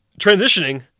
Transitioning